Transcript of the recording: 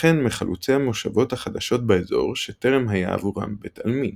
וכן מחלוצי המושבות החדשות באזור שטרם היה עבורם בית עלמין.